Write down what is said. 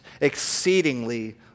exceedingly